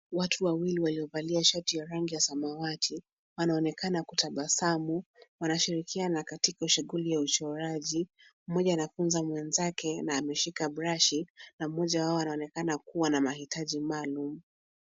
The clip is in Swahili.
Watu wawili waliovalia shati ya rangi ya samawati wanaonekana kutabasamu. Wanashirikiana katika shughuli ya uchoraji. Mmoja anafunza mwenzake na ameshika brashi na mmoja wao anaonekana kuwa na mahitaji maalum.